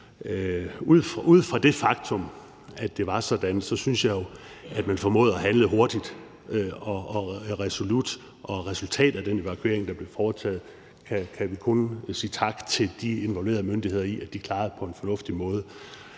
Ud fra det faktum, at det var sådan, synes jeg jo, at man formåede at handle hurtigt og resolut, og resultatet af den evakuering, der blev foretaget, kan vi kun sige tak for til de involverede myndigheder, i forhold til at de klarede det på en fornuftig måde.